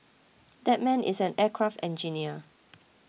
that man is an aircraft engineer